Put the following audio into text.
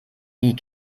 die